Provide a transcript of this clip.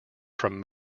from